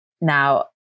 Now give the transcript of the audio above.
now